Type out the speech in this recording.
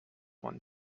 won